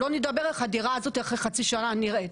שלא נדבר איך הדירה הזאת אחרי חצי שנה נראית,